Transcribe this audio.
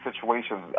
situations